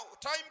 time